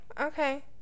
okay